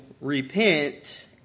repent